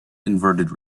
inverted